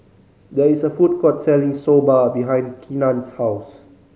there is a food court selling Soba behind Keenan's house